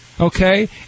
Okay